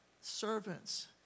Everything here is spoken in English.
servants